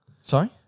sorry